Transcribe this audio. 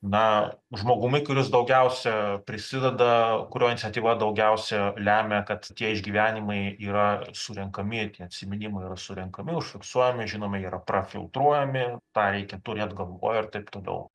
na žmogumi kuris daugiausia prisideda kurio iniciatyva daugiausia lemia kad tie išgyvenimai yra surenkami atsiminimai yra surenkami užfiksuojami žinome yra prafiltruojami tą reikia turėt galvoj ir taip toliau